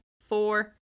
four